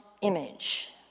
image